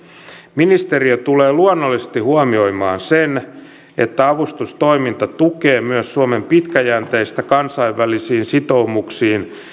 ministeriö tulee luonnollisesti huomioimaan sen että avustustoiminta tukee myös suomen pitkäjänteistä kansainvälisiin sitoumuksiin